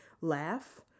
laugh